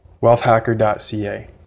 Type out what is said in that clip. wealthhacker.ca